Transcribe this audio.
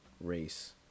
race